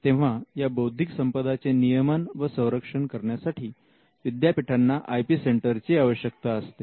तेव्हा या बौद्धिक संपदा चे नियमन व संरक्षण करण्यासाठी विद्यापीठांना आय पी सेंटरची आवश्यकता असते